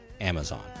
amazon